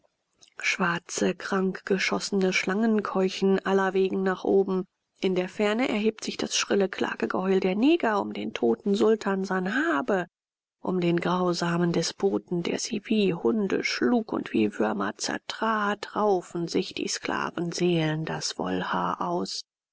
schwarze krank geschossene schlangen keuchen allerwegen nach oben in der ferne erhebt sich das schrille klagegeheul der neger um den toten sultan sanhabe um den grausamen despoten der sie wie hunde schlug und wie würmer zertrat raufen sich die sklavenseelen das wollhaar aus